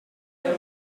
como